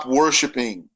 worshipping